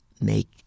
make